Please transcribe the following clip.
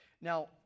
Now